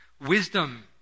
Wisdom